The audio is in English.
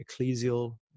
ecclesial